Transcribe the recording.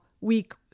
week